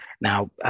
Now